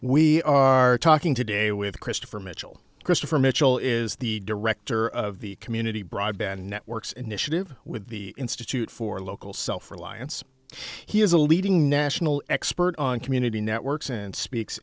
we are talking today with christopher mitchell christopher mitchell is the director of the community broadband networks initiative with the institute for local self reliance he is a leading national expert on community networks and speaks